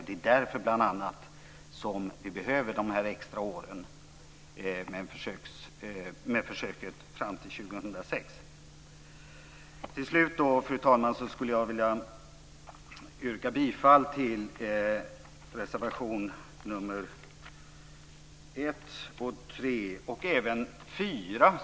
Det är bl.a. därför som vi behöver de extra åren för försöket fram till 2006. Till slut, fru talman, skulle jag vilja yrka bifall till reservationerna nr 1 och 3 och även till reservation nr 4.